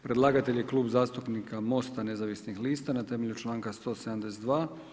Predlagatelj je Klub zastupnika Mosta nezavisnih lista, na temelju članka 172.